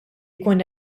ikun